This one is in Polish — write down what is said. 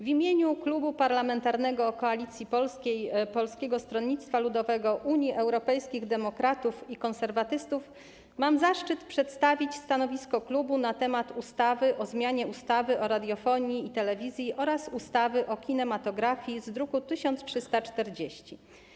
W imieniu Klubu Parlamentarnego Koalicji Polskiej - Polskiego Stronnictwa Ludowego, Unii Europejskich Demokratów, Konserwatystów mam zaszczyt przedstawić stanowisko klubu na temat ustawy o zmianie ustawy o radiofonii i telewizji oraz ustawy o kinematografii, druk nr 1340.